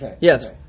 yes